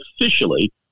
officially